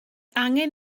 angen